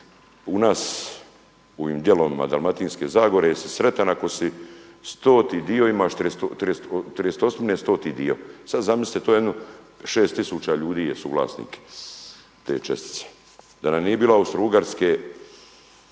u nas u ovim dijelovima Dalmatinske Zagore si sretan ako si 100 dio imaš, 38-ine 100-ti dio. Sada zamislite jedno 6 tisuća je suvlasnik te čestice. Da nam nije bilo Austrougarske